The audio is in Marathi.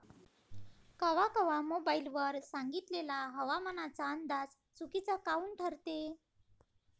कवा कवा मोबाईल वर सांगितलेला हवामानाचा अंदाज चुकीचा काऊन ठरते?